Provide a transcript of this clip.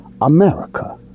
America